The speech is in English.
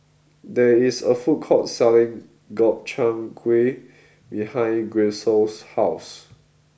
there is a food court selling Gobchang Gui behind Grisel's house